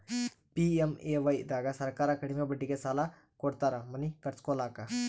PMAY ದಾಗ ಸರ್ಕಾರ ಕಡಿಮಿ ಬಡ್ಡಿಗೆ ಸಾಲ ಕೊಡ್ತಾರ ಮನಿ ಕಟ್ಸ್ಕೊಲಾಕ